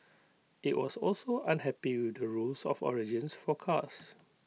IT was also unhappy with the rules of origins for cars